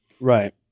Right